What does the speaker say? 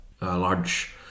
large